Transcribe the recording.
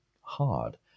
hard